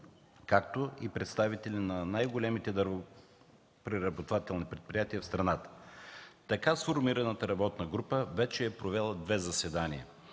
както и представители на най-големите дървопреработвателни предприятия в страната. Така сформираната работна група вече е провела две заседания